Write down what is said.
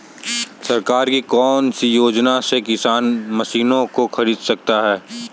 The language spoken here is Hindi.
सरकार की कौन सी योजना से किसान मशीनों को खरीद सकता है?